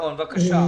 בבקשה.